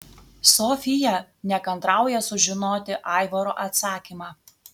sofija nekantrauja sužinoti aivaro atsakymą